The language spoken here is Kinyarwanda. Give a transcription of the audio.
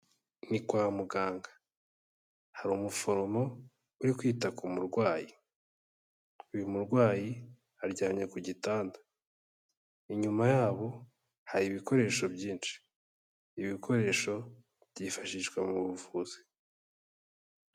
Ni kwa muganga, hari umuforomo uri kwita ku murwayi, uyu murwayi aryamye ku gitanda, inyuma yabo hari ibikoresho byinshi, ibikoresho byifashishwa mu buvuzi.